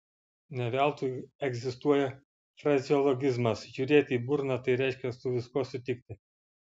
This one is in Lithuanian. ne veltui egzistuoja frazeologizmas žiūrėti į burną tai reiškia su viskuo sutikti